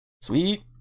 Sweet